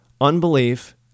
unbelief